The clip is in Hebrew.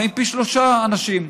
חיים פי שלושה אנשים.